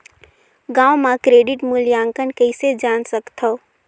गांव म क्रेडिट मूल्यांकन कइसे जान सकथव?